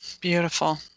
beautiful